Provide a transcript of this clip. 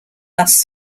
thus